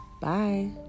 Bye